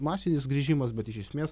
masinis grįžimas bet iš esmės